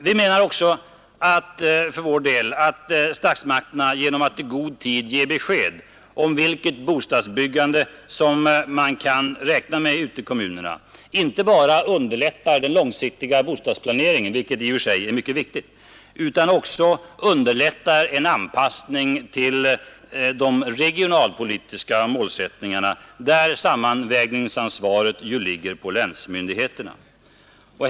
Vi menar också för vår del att statsmakterna genom att i god tid ge besked om vilket bostadsbyggande som man kan räkna med ute i kommunerna inte bara underlättar den långsiktiga bostadsplaneringen, vilket i och för sig är mycket viktigt, utan också underlättar en anpassning till de regionalpolitiska målsättningarna, där sammanvägningsansvaret ju ligger på länsmyndigheterna.